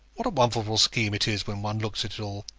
what a wonderful scheme it is when one looks at it all.